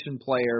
player